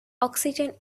oxygen